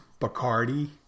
Bacardi